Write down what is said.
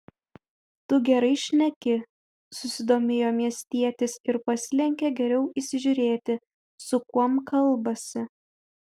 tu gerai šneki susidomėjo miestietis ir pasilenkė geriau įsižiūrėti su kuom kalbasi